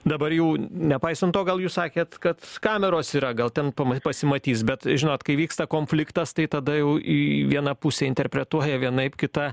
dabar jau nepaisant to gal jūs sakėt kad kameros yra gal ten pamai pasimatys bet žinot kai vyksta konfliktas tai tada jau į vieną pusę interpretuoja vienaip kitą